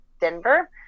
Denver